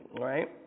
Right